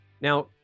Now